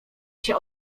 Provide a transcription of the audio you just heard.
się